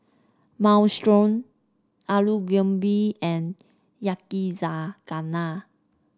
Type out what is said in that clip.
Minestrone Alu Gobi and Yakizakana